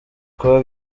kuba